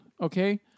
Okay